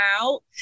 out